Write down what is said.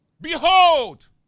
Behold